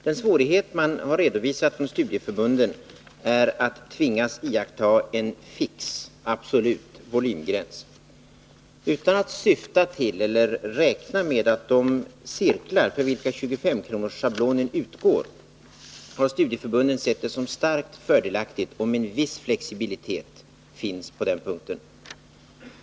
Den svårighet som studieförbunden redovisat är att de tvingas iaktta en fix volymgräns. Utan att syfta till eller räkna med att de cirklar för vilka 25-kronorsschablonen utgår, har studieförbunden sett det som starkt fördelaktigt om en viss flexibilitet finns härvidlag.